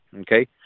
Okay